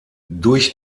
durch